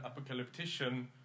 apocalyptician